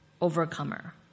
overcomer